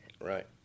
Right